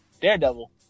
daredevil